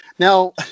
Now